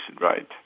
right